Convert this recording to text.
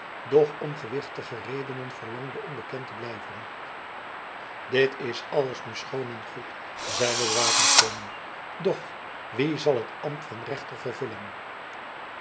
doch om gewichtige redenen verlangde onbekend te blijven dit is alles nu schoon en goed zeide de wapenkoning doch wie zal het ambt van rechter vervullen